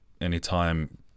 anytime